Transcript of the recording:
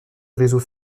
réseau